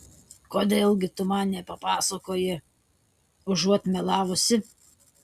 kodėl gi tu man nepapasakoji užuot melavusi